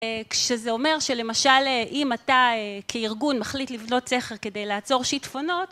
כשזה אומר שלמשל, אם אתה כארגון, מחליט לבנות סכר כדי לעצור שיטפונות...